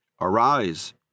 Arise